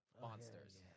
monsters